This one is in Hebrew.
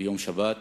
ביום שבת,